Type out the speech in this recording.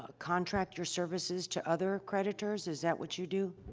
ah contract your services to other creditors? is that what you do?